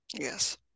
yes